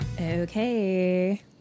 Okay